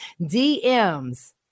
DMs